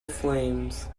flames